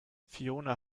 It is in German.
fiona